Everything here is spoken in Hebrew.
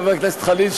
חבר הכנסת חנין,